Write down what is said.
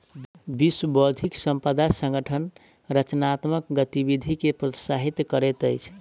विश्व बौद्धिक संपदा संगठन रचनात्मक गतिविधि के प्रोत्साहित करैत अछि